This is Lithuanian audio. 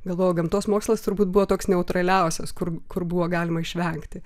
galvojau gamtos mokslas turbūt buvo toks neutraliausias kur kur buvo galima išvengti